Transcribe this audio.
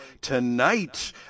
tonight